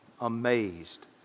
amazed